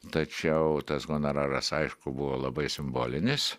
tačiau tas honoraras aišku buvo labai simbolinis